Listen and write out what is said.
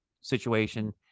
situation